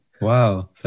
Wow